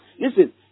Listen